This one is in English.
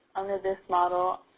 under this model,